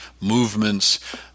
movements